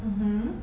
mmhmm